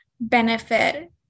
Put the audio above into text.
benefit